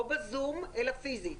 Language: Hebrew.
לא ב"זום" אלא פיסית.